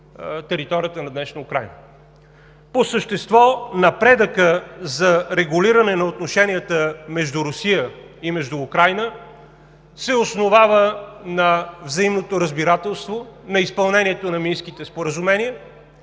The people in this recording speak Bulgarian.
територията на днешна Украйна. По същество напредъкът за регулиране на отношенията между Русия и Украйна се основава на взаимното разбирателство, на изпълнението на Минските споразумения